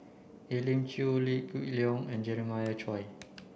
Elim Chew Liew Geok Leong and Jeremiah Choy